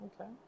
Okay